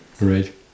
right